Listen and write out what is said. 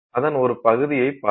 அதன் ஒரு பகுதியைப் பார்க்கிறோம்